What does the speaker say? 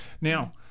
now